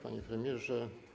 Panie Premierze!